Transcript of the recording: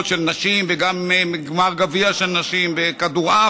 של נשים וגם גמר גביע של נשים בכדורעף,